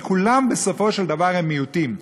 כי כולם בסופו של דבר הם מיעוטים,